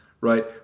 right